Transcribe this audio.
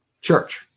church